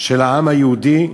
של העם היהודי,